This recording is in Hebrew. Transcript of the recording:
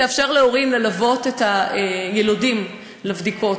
להורים ללוות את היילודים לבדיקות.